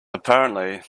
apparently